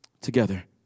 together